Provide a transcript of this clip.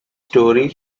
story